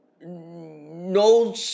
no